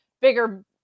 bigger